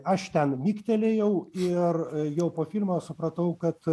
aš ten migtelėjau ir jau po filmo supratau kad